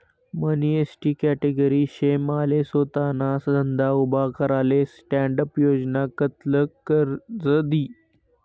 मनी ST category शे माले सोताना धंदा उभा कराले स्टॅण्डअप योजना कित्ल कर्ज दी?